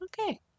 Okay